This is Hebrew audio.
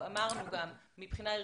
אמרנו כבר מבחינה ערכית,